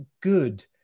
good